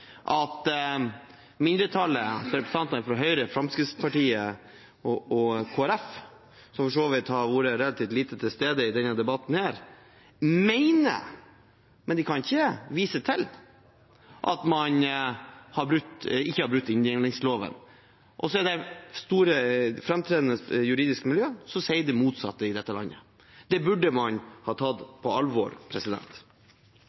som for så vidt har vært relativt lite til stede i denne debatten, mener, men kan ikke vise til, at man ikke har brutt inndelingsloven, samtidig som det er framtredende juridiske miljø i dette landet som sier det motsatte. Det burde man ha